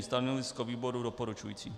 Stanovisko výboru doporučující.